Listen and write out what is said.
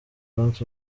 banks